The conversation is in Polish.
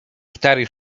starej